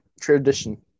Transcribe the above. tradition